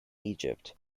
egypt